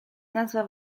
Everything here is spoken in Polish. nazwa